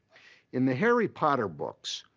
in the harry potter books,